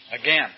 Again